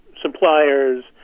suppliers